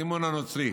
הסימון הנוצרי.